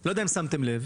לא יודע אם שמתם לב,